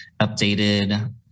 updated